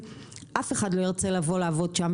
אף אחד לא ירצה לעבוד שם,